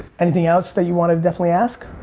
anything else that you want to definitely ask?